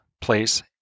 place